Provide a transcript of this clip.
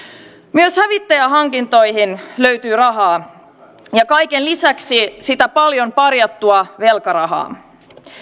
myös hävittäjähankintoihin löytyy rahaa ja kaiken lisäksi sitä paljon parjattua velkarahaa